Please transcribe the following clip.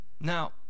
Now